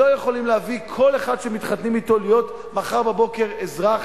לא יכולים להביא כל אחד שמתחתנים אתו להיות מחר בבוקר אזרח